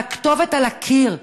והכתובת על הקיר.